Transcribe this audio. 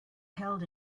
held